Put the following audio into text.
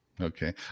Okay